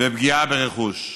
ופגיעה ברכוש,